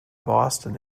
boston